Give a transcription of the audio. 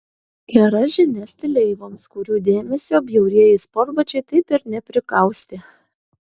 gera žinia stileivoms kurių dėmesio bjaurieji sportbačiai taip ir neprikaustė